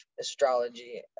astrology